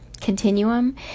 continuum